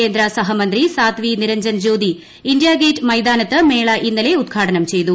കേന്ദ്ര സഹമന്ത്രി സാദ്വി നിരഞ്ജൻ ജ്യോതി ഇന്ത്യാഗേറ്റ് മൈതാനത്ത് മേള ഇന്നലെ ഉദ്ഘാടനം ചെയ്തു